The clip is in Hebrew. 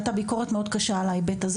הייתה ביקורת מאוד קשה על ההיבט הזה